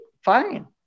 fine